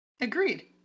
Agreed